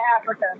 Africa